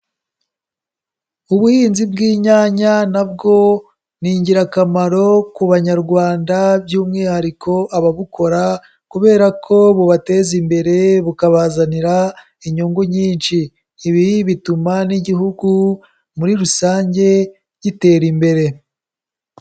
Ubuhinzi bw'inyanya nabwo ni ingirakamaro ku banyarwanda by'umwihariko ababukora, kubera ko bubateza imbere bukabazanira inyungu nyinshi, ibi bituma n'igihugu muri rusange gitera imbere.